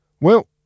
Well